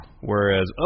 Whereas